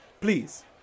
Please